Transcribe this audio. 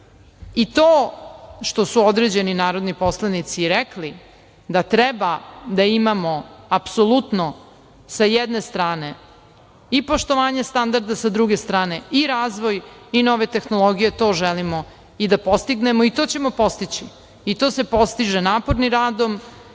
što su određeni narodni poslanici rekli da treba da imamo apsolutno s jedne strane i poštovanje standarda, s druge strane i razvoj i nove tehnologije, to želimo i da postignemo i to ćemo postići. To se postiže napornim radom